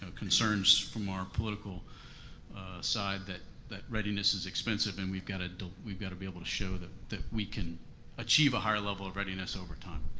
ah concerns from our political side that that readiness is expensive and we've got ah we've got to be able to show that that we can achieve a higher level of readiness over time?